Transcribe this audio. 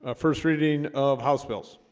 ah first reading of house bills